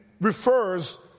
refers